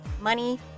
money